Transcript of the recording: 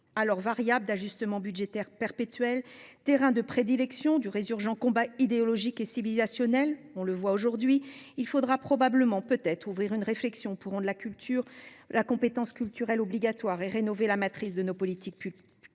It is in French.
dans les discussions budgétaires, terrain de prédilection du résurgent combat idéologique et civilisationnel, comme on le voit aujourd'hui. Il faudra probablement ouvrir une réflexion pour rendre la compétence culture obligatoire et rénover la matrice de nos politiques publiques